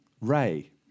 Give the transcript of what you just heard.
ray